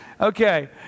Okay